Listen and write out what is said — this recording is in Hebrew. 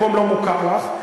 מקום לא מוכר לך,